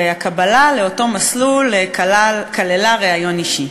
והקבלה לאותו מסלול כללה ריאיון אישי.